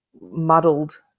muddled